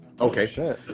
okay